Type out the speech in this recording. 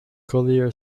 collier